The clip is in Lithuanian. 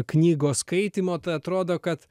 knygos skaitymo tai atrodo kad